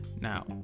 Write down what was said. Now